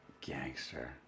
gangster